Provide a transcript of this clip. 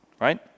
right